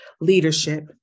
leadership